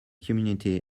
community